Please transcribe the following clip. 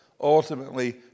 ultimately